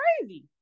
crazy